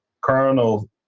Colonel